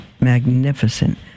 magnificent